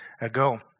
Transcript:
ago